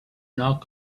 not